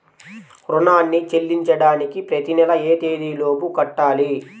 రుణాన్ని చెల్లించడానికి ప్రతి నెల ఏ తేదీ లోపు కట్టాలి?